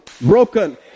broken